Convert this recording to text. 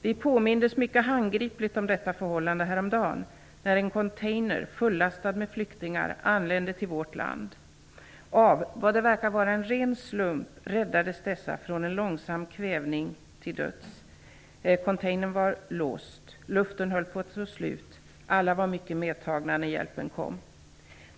Vi påmindes mycket handgripligt om detta förhållande häromdagen, när en container fullastad med flyktingar anlände till vårt land. Av vad som verkar vara en ren slump räddades dessa från en långsam kvävning till döds. Containern var låst. Luften höll på att ta slut. Alla var mycket medtagna när hjälpen kom.